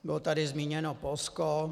Bylo tady zmíněno Polsko.